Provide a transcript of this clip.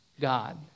God